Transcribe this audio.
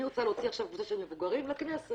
רוצה להוציא עכשיו קבוצה של מבוגרים לכנסת.